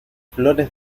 flores